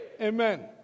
Amen